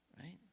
Right